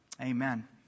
Amen